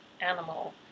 animal